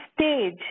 Stage